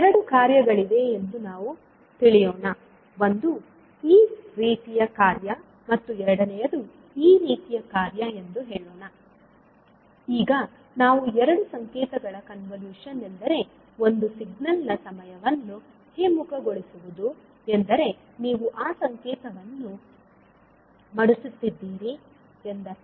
ಎರಡು ಕಾರ್ಯಗಳಿವೆ ಎಂದು ನಾವು ತಿಳಿಯೋಣ ಒಂದು ಈ ರೀತಿಯ ಕಾರ್ಯ ಮತ್ತು ಎರಡನೆಯದು ಈ ರೀತಿಯ ಕಾರ್ಯ ಎಂದು ಹೇಳೋಣ ಈಗ ನಾವು ಎರಡು ಸಂಕೇತಗಳ ಕನ್ವಲೂಶನ್ ಎಂದರೆ ಒಂದು ಸಿಗ್ನಲ್ ನ ಸಮಯವನ್ನು ಹಿಮ್ಮುಖಗೊಳಿಸುವುದು ಎಂದರೆ ನೀವು ಆ ಸಂಕೇತವನ್ನು ಮಡಿಸುತ್ತಿದ್ದೀರಿ ಎಂದರ್ಥ